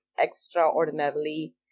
extraordinarily